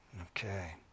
Okay